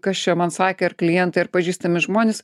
kas čia man sakė ar klientai ir pažįstami žmonės